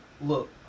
Look